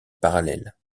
parallèle